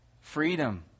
freedom